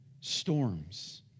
storms